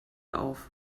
auf